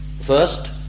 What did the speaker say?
First